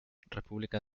república